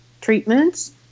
treatments